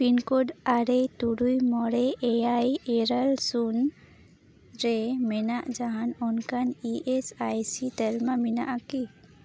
pin code ᱟᱨᱮ ᱛᱩᱨᱩᱭ ᱢᱚᱬᱮ ᱮᱭᱟᱭ ᱤᱨᱟᱹᱞ ᱥᱩᱱ ᱨᱮ ᱢᱮᱱᱟᱜ ᱡᱟᱦᱟᱱ ᱚᱱᱠᱟᱱ ᱤ ᱮᱥ ᱟᱭ ᱥᱤ ᱛᱟᱞᱢᱟ ᱢᱮᱱᱟᱜ ᱟᱠᱤ